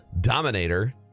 Dominator